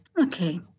Okay